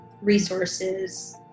resources